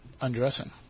undressing